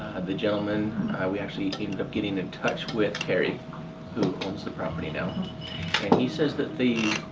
the gentleman we actually ended up getting in touch with harry who owns the property now and he says that the